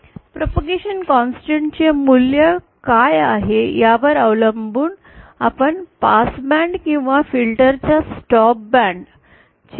propagation constant चे मूल्य काय आहे यावर अवलंबून आपण पास बँड किंवा फिल्टरच्या स्टॉप बँड ची व्याख्या करू शकतो